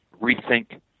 rethink